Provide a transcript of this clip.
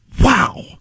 Wow